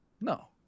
No